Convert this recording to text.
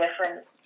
different